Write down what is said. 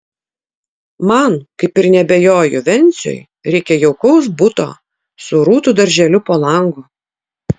man kaip ir neabejoju venciui reikia jaukaus buto su rūtų darželiu po langu